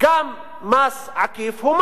גם מס עקיף הוא מס,